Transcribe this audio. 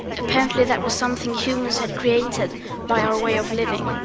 apparently, that was something humans had created by our way of living.